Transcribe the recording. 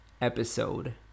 episode